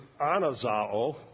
anazao